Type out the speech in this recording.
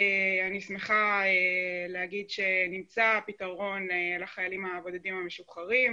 אני שמחה להגיד שנמצא פתרון לחיילים הבודדים המשוחררים,